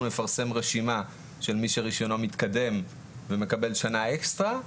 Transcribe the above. נפרסם רשימה של מי שרישיונו מתקדם ומקבל שנה אקסטרה,